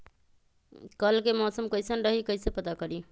कल के मौसम कैसन रही कई से पता करी?